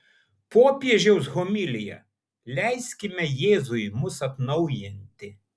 popiežiaus homilija leiskime jėzui mus atnaujinti